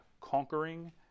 conquering